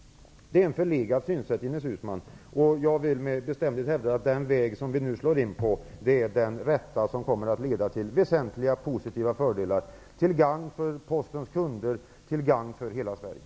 Det är ett förlegat synsätt, Ines Uusmann, och jag vill med bestämdhet hävda att den väg som vi nu slår in på är den som kommer att leda till väsentliga fördelar, till gagn för Postens kunder och för hela Sverige.